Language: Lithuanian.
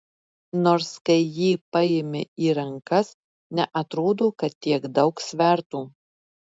nors kai jį paimi į rankas neatrodo kad tiek daug svertų